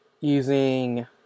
using